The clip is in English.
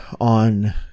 on